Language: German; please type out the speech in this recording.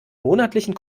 monatlichen